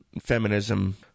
feminism